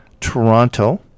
Toronto –